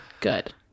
good